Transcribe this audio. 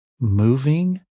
moving